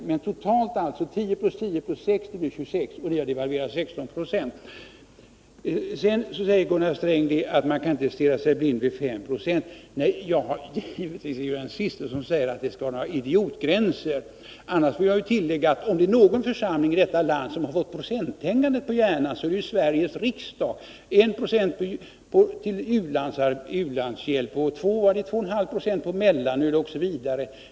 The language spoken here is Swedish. Totalt är det alltså fråga om 10 plus 10 plus 6 — det blir 26 — medan ni har devalverat med 16 96. Gunnar Sträng säger att man inte skall stirra sig blind på 5 90. Jag är givetvis den siste som säger att det skall vara några idiotgränser. Om det är någon församling i detta land som fått procenttänkandet på hjärnan så är det Sveriges riksdag: 1 9 till u-landshjälp, 2 96 eller 2,5 20 på mellanölet, osv.